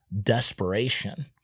desperation